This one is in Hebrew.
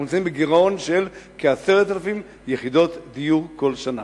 אנחנו נמצאים בגירעון של כ-10,000 יחידות דיור כל שנה.